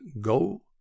go